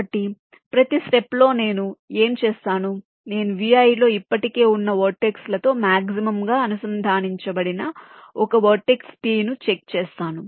కాబట్టి ప్రతీ స్టెప్ లో నేను ఏమి చేస్తాను నేను Vi లో ఇప్పటికే ఉన్న వర్టెక్స్ లతో మాక్సిమం గా అనుసంధానించబడిన ఒక వర్టెక్స్ t ను చెక్ చేస్తాను